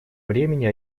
времени